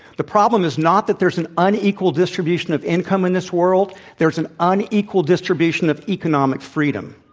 the problem is not that there's an unequal distribution of income in this world. there's an unequal distribution of economic freedom.